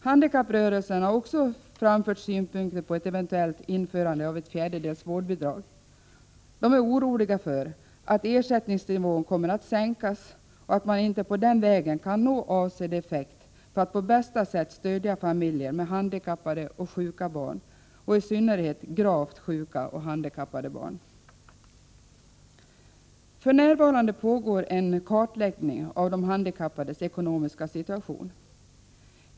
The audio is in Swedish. Handikapprörelsen har också framfört synpunkter på ett eventuellt införande av ett fjärdedels vårdbidrag. Man är orolig för att ersättningsnivån kommer att sänkas och att man inte den vägen kan nå avsedd effekt för att på bästa sätt stödja familjer med handikappade och sjuka barn, i synnerhet gravt sjuka och handikappade barn. För närvarande pågår en kartläggning av de handikappades ekonomiska situation.